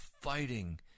fighting